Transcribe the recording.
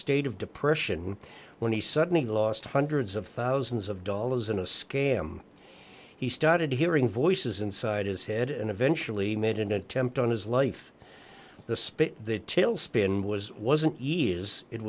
state of depression when he suddenly lost hundreds of thousands of dollars in a scam he started hearing voices inside his head and eventually made an attempt on his life the spirit the tailspin was wasn't